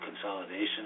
consolidation